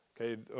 Okay